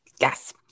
Yes